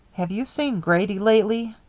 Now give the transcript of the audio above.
have you seen grady lately?